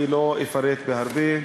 אני לא אפרט הרבה.